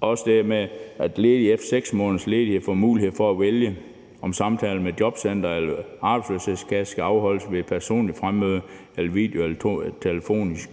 også det med, at ledige efter 6 måneders ledighed får mulighed for at vælge, om samtaler med jobcenteret eller arbejdsløshedskassen skal afholdes ved personligt fremmøde eller video eller telefonisk.